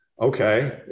okay